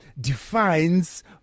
defines